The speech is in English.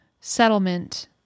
settlement